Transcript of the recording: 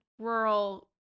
rural